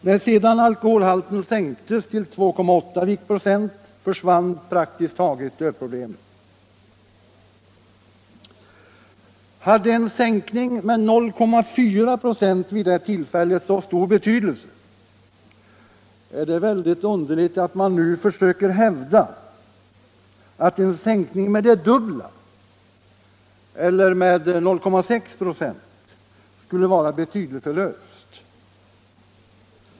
När sedan alkoholhalten sänktes till 2,8 viktprocent försvann praktiskt taget ölproblemet. Om en sänkning med 0,4 96 vid det tillfället hade så stor betydelse är det svårt att förstå att man nu försöker hävda att en sänkning med det dubbla eller med 0,6 96 skulle vara betydelselöst.